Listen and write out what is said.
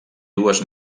dues